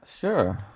Sure